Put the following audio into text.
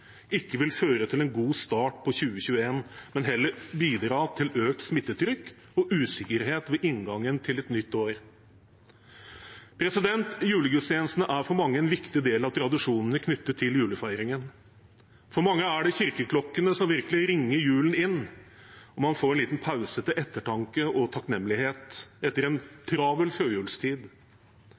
ikke vil føre til en god start på 2021, men heller bidra til økt smittetrykk og usikkerhet ved inngangen til et nytt år. Julegudstjenestene er for mange en viktig del av tradisjonene knyttet til julefeiringen. For mange er det kirkeklokkene som virkelig ringer julen inn, og man får en liten pause til ettertanke og takknemlighet etter en travel førjulstid.